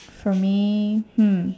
for me hmm